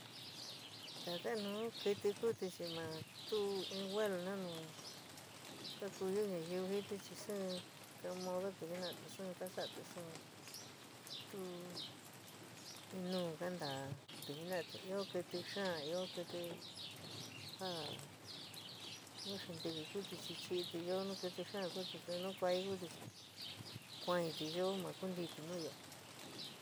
Taka nuú kɨtɨ kutɨ chi ma tuú igualnaá nu, kakuyo nayuu jiinti sin modoti jinaati sin ka saati sin, tu inuu kant'ati jinati, ioo kiti xaan, io kiti ja, nu xintiki kuti chi chiiti yoo nu kiti xaan kuti, te nu kuayu kuti chi kuañuti yoo maa kuntiti nuyoo.